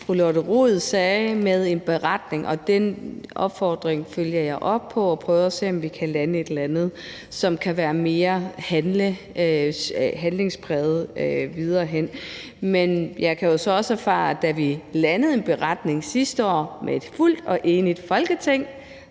fru Lotte Rod sagde om en beretning, og den opfordring følger jeg op på, og jeg prøver at se, om vi kan lande et eller andet, som kan være mere handlingspræget videre hen. Men jeg kan jo så også erfare, at der, da vi sidste år med et fuldt og enigt Folketing